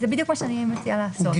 זה בדיוק מה שאני מציעה לעשות,